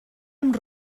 amb